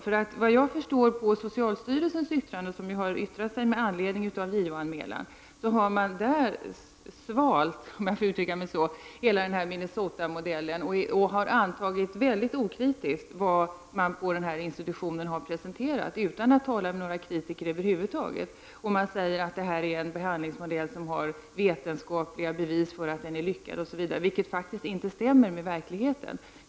Såvitt jag förstår av socialstyrelsens yttrande — socialstyrelsen har yttrat sig med anledning av denna JO-anmälan — har socialstyrelsen ”svalt” hela Minnesotamodellen. Socialstyrelsen har väldigt okritiskt godtagit det som denna institution har presenterat, utan att man över huvud taget har haft någon kontakt med några kritiker. Man säger att det finns vetenskapliga bevis för att denna behandlingsmodell är lyckad, vilket inte stämmer med verkligheten.